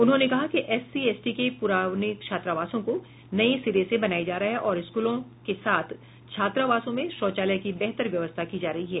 उन्होंने कहा कि एससी एसटी के प्राने छात्रावासों को नये सिरे से बनाया जा रहा है और स्कूलों के साथ छात्रावासों में शौचालय की बेहतर व्यवस्था की जा रही है